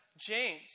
James